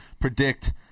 predict